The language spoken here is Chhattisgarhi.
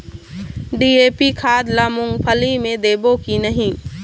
डी.ए.पी खाद ला मुंगफली मे देबो की नहीं?